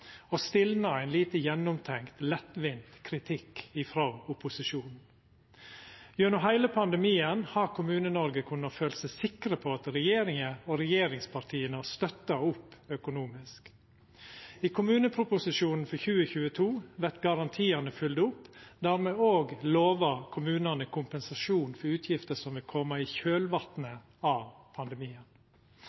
og stilna ein lite gjennomtenkt, lettvint kritikk frå opposisjonen. Gjennom heile pandemien har Kommune-Noreg kunna føla seg sikre på at regjeringa og regjeringspartia har støtta opp økonomisk. I kommuneproposisjonen for 2022 vert garantiane fylgde opp, der me òg lovar kommunane kompensasjon for utgifter som har kome i kjølvatnet av pandemien.